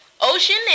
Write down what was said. Ocean